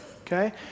okay